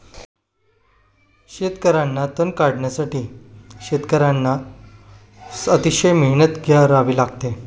शेतातील तण काढण्यासाठी शेतकर्यांना अतिशय मेहनत करावी लागते